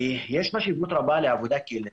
יש חשיבות גדולה לעבודה קהילתית.